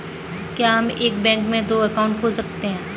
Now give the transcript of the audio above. क्या हम एक बैंक में दो अकाउंट खोल सकते हैं?